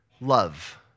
Love